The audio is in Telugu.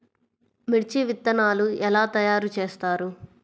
మిర్చి విత్తనాలు ఎలా తయారు చేస్తారు?